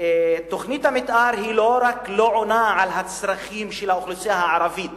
תוכנית המיתאר לא רק לא עונה על הצרכים של האוכלוסייה הערבית